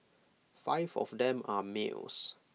five of them are males